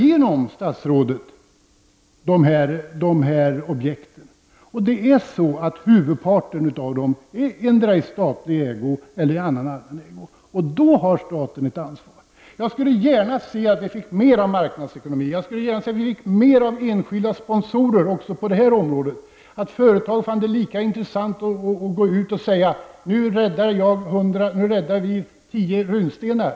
En del av de objekt som jag har tagit upp ägs av staten, och i de fallen har staten ett ansvar. Men jag skulle gärna se att vi fick mer av marknadsekonomi och av enskilda sponsorer också på det här området. Jag skulle önska att företagen fann det här intressant och sade: Nu räddar vi tio runstenar.